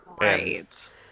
right